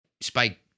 Spike